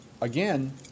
again